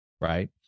right